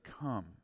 come